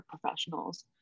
professionals